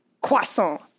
croissant